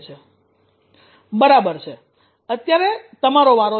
"બરાબર છે અત્યારે તમારો વારો છે